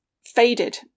faded